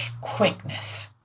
quickness